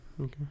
okay